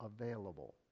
available